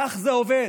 כך זה עובד.